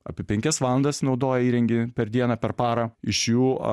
apie penkias valandas naudoja įrenginį per dieną per parą iš jų